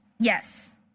Yes